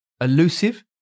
elusive